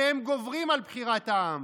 שהם גוברים על בחירת העם.